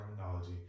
terminology